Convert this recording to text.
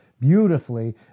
beautifully